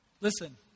Listen